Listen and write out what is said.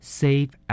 save